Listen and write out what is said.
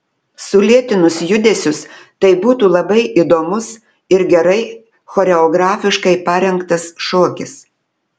sulėtinus judesius tai būtų labai įdomus ir gerai choreografiškai parengtas šokis